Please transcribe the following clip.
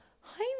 Hi